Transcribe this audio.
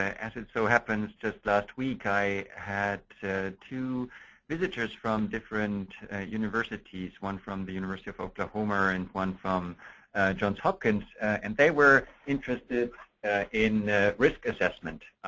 as it so happens, just last week i had two visitors from different universities one from the university of oklahoma and one from johns hopkins. and they were interested risk assessment.